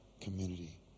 community